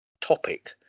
topic